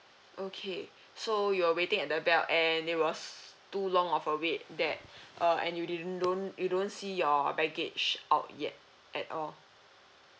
okay so you were waiting at the belt and it was too long of a wait there uh and you didn't don't you don't see your baggage out yet at all